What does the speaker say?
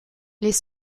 les